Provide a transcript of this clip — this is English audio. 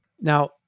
now